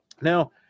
Now